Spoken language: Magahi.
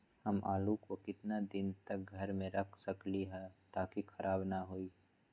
हम आलु को कितना दिन तक घर मे रख सकली ह ताकि खराब न होई?